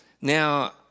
Now